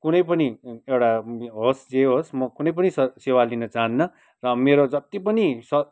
कुनै पनि एउटा होस् जे होस् म कुनै पनि सेवा लिन चाहन्न र मेरो जति पनि